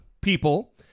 people